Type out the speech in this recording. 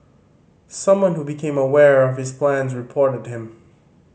someone who became aware of his plans reported him